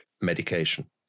medication